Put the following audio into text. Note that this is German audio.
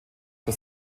für